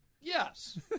Yes